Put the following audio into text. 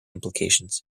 implications